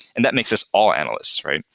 and that makes us all analysts, right?